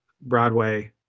Broadway